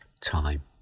time